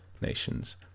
nations